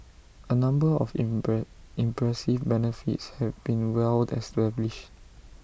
A number of impress impressive benefits have been well established